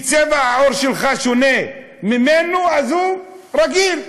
צבע העור שלך שונה משלו, אז הוא, זה רגיל,